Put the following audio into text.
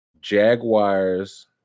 Jaguars